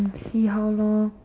see how lor